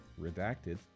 Redacted